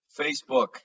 Facebook